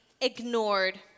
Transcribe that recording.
ignored